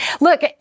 Look